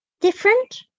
different